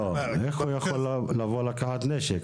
איך הוא יכול לקחת נשק?